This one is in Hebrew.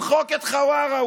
למחוק את חווארה,